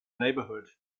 neighbourhood